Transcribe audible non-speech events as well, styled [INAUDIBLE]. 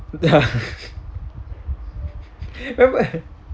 [LAUGHS]